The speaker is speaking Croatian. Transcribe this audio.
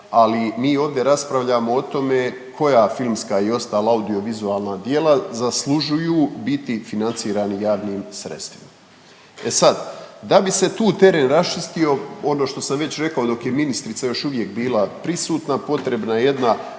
ali mi ovdje raspravljamo o tome koja filmska i ostala audiovizualna djela zaslužuju biti financirani javnim sredstvima. E sad da bi se tu teren raščistio, ono što sam već rekao dok je ministrica još uvijek bila prisutna, potrebna je jedna